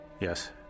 Yes